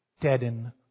deaden